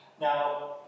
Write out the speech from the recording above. Now